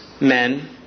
men